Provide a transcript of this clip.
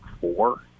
four